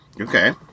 Okay